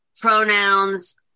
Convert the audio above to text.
pronouns